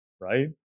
right